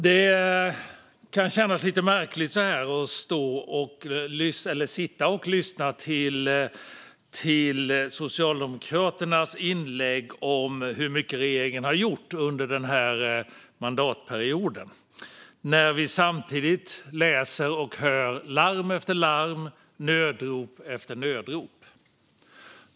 Det känns lite märkligt att lyssna till Socialdemokraternas inlägg om hur mycket regeringen har gjort under denna mandatperiod när vi samtidigt läser om och hör larm efter larm och nödrop efter nödrop.